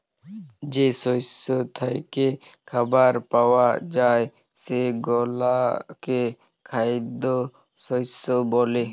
যে শস্য থ্যাইকে খাবার পাউয়া যায় সেগলাকে খাইদ্য শস্য ব্যলে